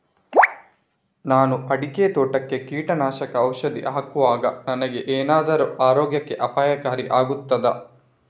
ನಾನು ಅಡಿಕೆ ತೋಟಕ್ಕೆ ಕೀಟನಾಶಕ ಔಷಧಿ ಹಾಕುವಾಗ ನನಗೆ ಏನಾದರೂ ಆರೋಗ್ಯಕ್ಕೆ ಅಪಾಯಕಾರಿ ಆಗುತ್ತದಾ?